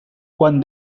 quan